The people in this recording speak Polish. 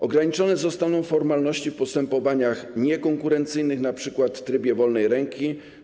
Ograniczone zostaną formalności w postępowaniach niekonkurencyjnych, np. w trybie zamówienia z wolnej ręki.